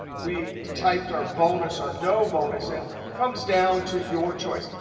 we typed our bonus or no bonus in comes down to your choice.